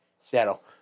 Seattle